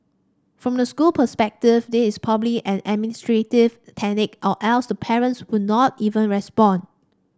from the school perspective this is probably an administrative tactic or else the parents would not even respond